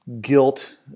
guilt